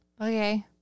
Okay